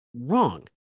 wrong